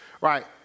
right